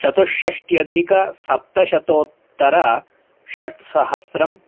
चतुष्षष्ट्यधिक सप्तशतोत्तर षट्सहस्रम्